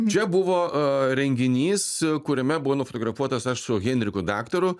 čia buvo renginys kuriame buvo nufotografuotas aš su henriku daktaru